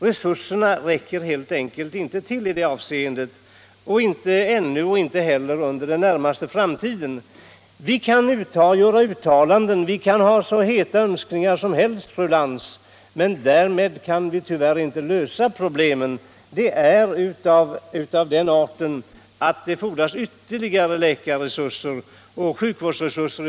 Resurserna i det avseendet räcker helt enkelt inte till, och de räcker heller inte under den närmaste framtiden. Vi kan göra uttalanden. Vi kan ha hur heta önskningar som helst, fru Lantz, men därmed löser vi inte problemen. De är av den arten att det fordras ytterligare läkaroch sjukvårdsresurser.